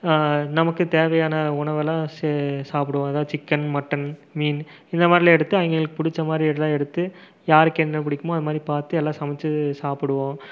நமக்குத் தேவையான உணவெல்லாம் சே சாப்பிடுவோம் அதாவது சிக்கன் மட்டன் மீன் இந்தமாரிலாம் எடுத்து அவிங்களுக்கு பிடிச்ச மாதிரி எல்லாம் எடுத்து யாருக்கு என்ன பிடிக்குமோ அதுமாதிரி பார்த்து எல்லாம் சமைத்து சாப்பிடுவோம்